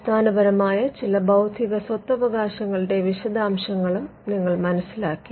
അടിസ്ഥാനപരമായ ചില ബൌദ്ധിക സ്വത്തവകാശങ്ങളുടെ വിശദാംശങ്ങളും നമ്മൾ മനസിലാക്കി